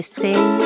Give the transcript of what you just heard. sing